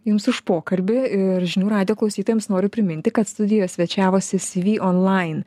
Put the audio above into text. jums už pokalbį ir žinių radijo klausytojams noriu priminti kad studijoje svečiavosi cv online